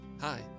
Hi